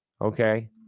okay